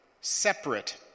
Separate